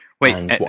Wait